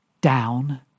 down